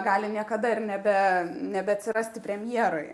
gali niekada ir nebe nebeatsirasti premjeroje